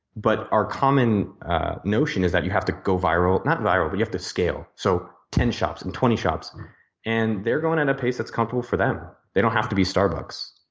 but our common notion is that you have to go viral not viral, but you have to scale so ten shops and twenty shops and they're going at a pace that's comfortable for them. they don't have to be starbuck's.